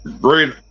great